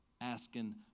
asking